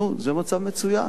נו, זה מצב מצוין,